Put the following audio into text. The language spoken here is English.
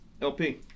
LP